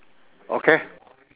okay